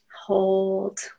Hold